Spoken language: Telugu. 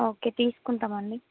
ఓకే తీసుకుంటాం అండి